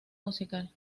musical